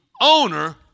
owner